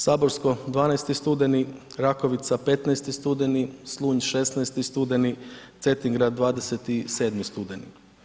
Saborsko 12. studeni, Rakovica 15. studeni, Slunj 16. studeni, Cetingrad 27. studeni.